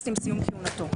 כהונתו.